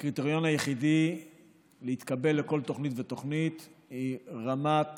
הקריטריון היחידי להתקבל לכל תוכנית ותוכנית הוא רמת